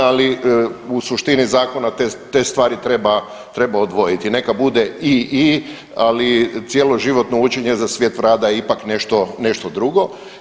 Ali u suštini zakona te stvari treba odvojiti neka bude ii, ali cjeloživotno učenje za svijet rada je ipak nešto drugo.